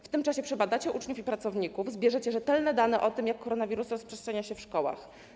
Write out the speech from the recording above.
W tym czasie przebadacie uczniów i pracowników, zbierzecie rzetelne dane o tym, jak koronawirus rozprzestrzenia się w szkołach.